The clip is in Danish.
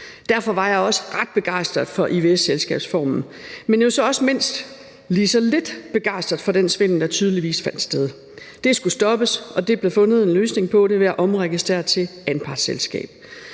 Derfor var jeg også ret begejstret få ivs-selskabsformen, men mindst lige så lidt begejstret for den svindel, der tydeligvis fandt sted. Det skulle stoppes, og der blev fundet en løsning på det ved at omregistrere til anpartsselskab.